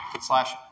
slash